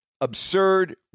absurd